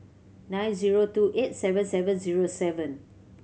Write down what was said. nine zero two eight seven seven zero seven